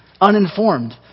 uninformed